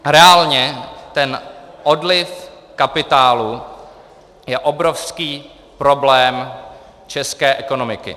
A reálně ten odliv kapitálu je obrovský problém české ekonomiky.